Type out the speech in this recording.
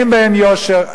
אין בהם יושר,